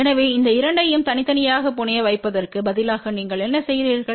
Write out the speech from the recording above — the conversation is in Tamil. எனவே இந்த இரண்டையும் தனித்தனியாக புனைய வைப்பதற்கு பதிலாக நீங்கள் என்ன செய்கிறீர்கள்